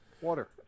Water